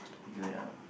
okay wait ah